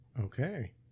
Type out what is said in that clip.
okay